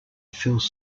feels